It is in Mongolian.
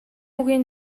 үгийн